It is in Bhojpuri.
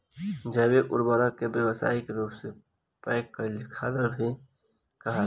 जैविक उर्वरक के व्यावसायिक रूप से पैक कईल खादर के भी कहाला